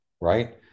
right